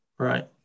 Right